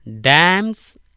dams